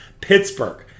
Pittsburgh